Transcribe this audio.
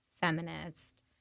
feminist